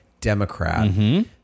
Democrat